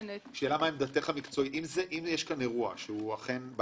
אם המדינה הייתה מממנת -- אם יש כאן אירוע שהוא בעייתי,